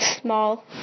small